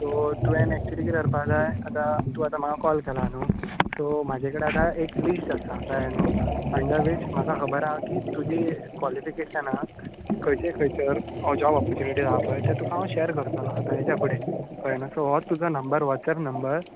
so तुवें actually कितें करपाक जाय तूं आतां म्हाका कॉल केलां न्हय सो म्हजे कडेन आतां एक लिस्ट आसा कळ्ळें न्हय अंडर वीच म्हाका खबर आसा की तुजी कोलिफिकेशनांत खंयच्यो खंयच्यो जोब ऑपरच्युनिटीझ आसा पळय ते तुका हांव शेअर करतलों हाज्या फुडें कळ्ळें न्हय सो हो तुजो वॉट्सेप नंबर